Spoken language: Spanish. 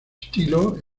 estilo